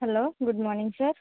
hello good morning sir